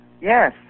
Yes